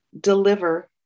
deliver